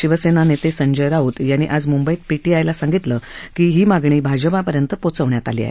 शिवसेना नेते संजय राऊत यांनी आज मुंबईत पीटीआयला सांगितलं की ही मागणी भाजपापर्यंत पोचवण्यात आली आहे